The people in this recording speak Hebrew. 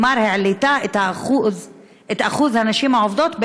כלומר, העלתה את שיעור הנשים העובדות ב-1%.